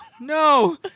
No